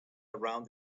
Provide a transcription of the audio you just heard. around